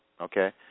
okay